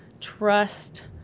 trust